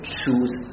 choose